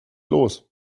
los